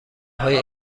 های